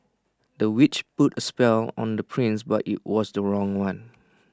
the witch put A spell on the prince but IT was the wrong one